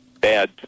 bad